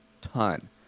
ton